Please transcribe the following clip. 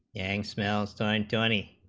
and smells twenty twenty